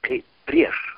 kai prieš